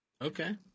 Okay